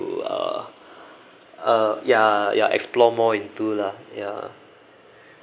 uh uh ya ya explore more into lah ya